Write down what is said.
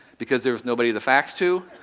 because there was nobody to fax to.